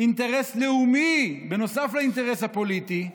אינטרס לאומי, נוסף לאינטרס הפוליטי,